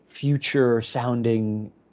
future-sounding